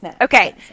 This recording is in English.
okay